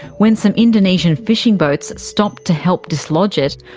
when some indonesian fishing boats stopped to help dislodge it,